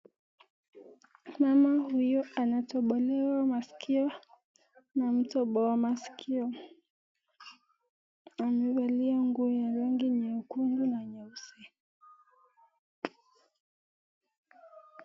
Mama huyu anatobolewa maskia na mtoboa maskio amevalia nguo ya rangi nyekundu na nyeusi.